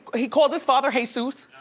he called his father heyzeus.